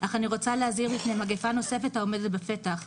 אך אני רוצה להזהיר מפני מגפה נוספת העומדת בפתח,